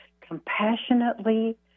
compassionately